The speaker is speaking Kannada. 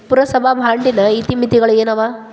ಪುರಸಭಾ ಬಾಂಡಿನ ಇತಿಮಿತಿಗಳು ಏನವ?